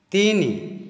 ତିନି